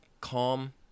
calm